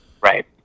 Right